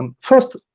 first